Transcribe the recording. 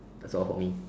that's all for me